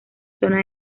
zona